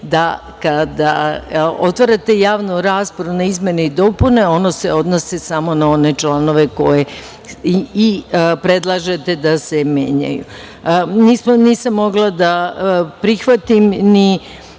Kada otvarate javnu raspravu na izmene i dopune ono se odnosi samo na one članove koje i predlažete da se menjaju. Nisam mogla da prihvatim ni